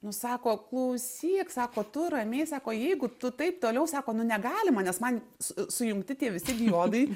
nu sako klausyk sako tu ramiai sako jeigu tu taip toliau sako nu negalima nes man su sujungti tie visi diodai